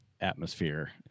atmosphere